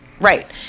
right